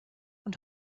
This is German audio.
und